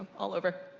all over.